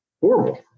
horrible